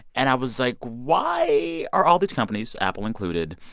and i was like, why are all these companies, apple included,